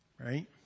right